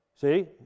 See